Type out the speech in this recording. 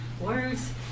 words